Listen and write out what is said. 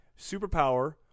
Superpower